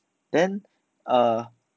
then err